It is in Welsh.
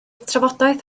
trafodaeth